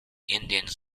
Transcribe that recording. indians